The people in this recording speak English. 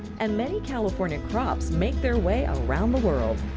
and many california crops make their way around the world.